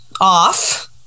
off